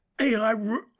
AI